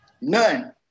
None